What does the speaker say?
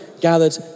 gathered